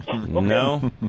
No